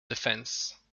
defense